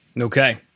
Okay